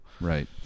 Right